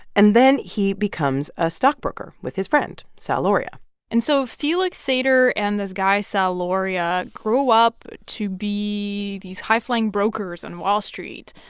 and then he becomes a stockbroker with his friend, sal lauria and so felix sater and this guy sal lauria grew up to be these high-flying brokers on wall street.